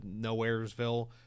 Nowheresville